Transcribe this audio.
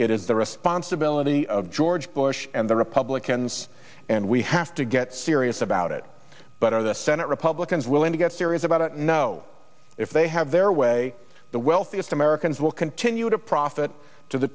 it is the responsibility of george bush and the republicans and we have to get serious about it but are the senate republicans willing to get serious about it know if they have their way the wealthiest americans will continue to profit to the